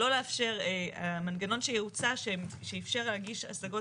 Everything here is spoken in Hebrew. אבל המנגנון שהוצע שאפשר להגיש השגות